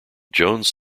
jones